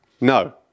No